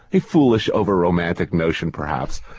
a foolish, over-romantic notion perhaps,